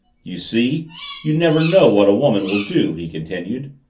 you see you never know what a woman will do, he continued.